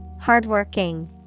Hardworking